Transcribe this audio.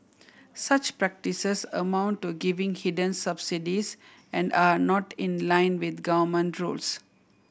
such practices amount to giving hidden subsidies and are not in line with government rules